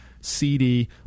cd